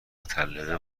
مطلقه